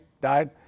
died